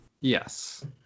Yes